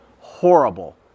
Horrible